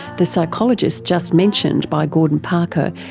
the psychologist just mentioned by gordon parker,